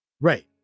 Right